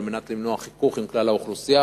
על מנת למנוע חיכוך עם כלל האוכלוסייה.